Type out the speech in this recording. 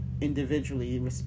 individually